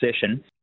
session